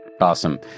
Awesome